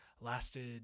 lasted